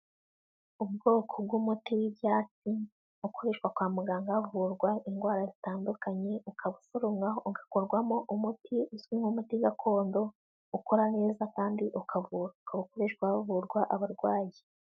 Ubwoko bw'umuti w'ibyatsi ukoreshwa kwa muganga havurwa indwara zitandukanye ukaba usoromwa ugakorwamo umuti uzwi nk'umuti gakondo ukora neza kandi ukavura, ukaba ukoreshwa havurwa abarwayi.